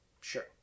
Sure